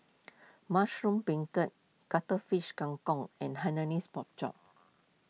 Mushroom Beancurd Cuttlefish Kang Kong and Hainanese Pork Chop